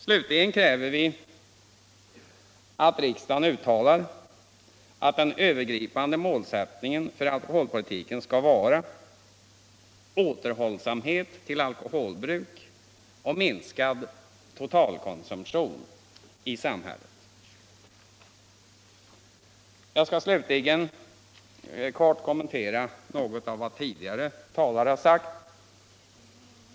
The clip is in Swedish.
Slutligen kräver vi att riksdagen uttalar att den övergripande målsättningen för alkoholpolitiken skall vara återhållsamhet i fråga om alkoholbruk och minskad totalkonsumtion i samhället. Därefter skall jag kort kommentera något av vad tidigare talare har anfört.